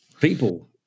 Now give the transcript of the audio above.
People